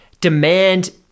demand